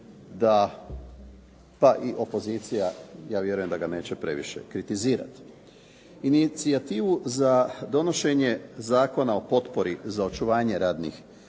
pa i opozicija ja vjerujem da ga neće previše kritizirati. Inicijativu za donošenje Zakona o potpori za očuvanje radnih